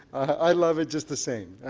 i love it just the same.